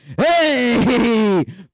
hey